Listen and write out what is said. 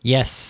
Yes